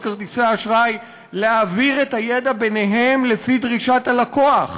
כרטיסי האשראי להעביר את הידע ביניהן לפי דרישות הלקוח,